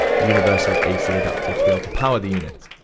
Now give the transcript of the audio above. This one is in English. universal ac adapter to be able to power the unit.